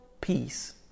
peace